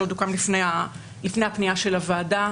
עוד לפני הפנייה של הוועדה,